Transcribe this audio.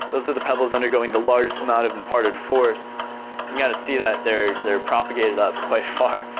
those are the pebbles undergoing the largest amount of imparted force. you gotta see that they are propagated up quite far.